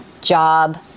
job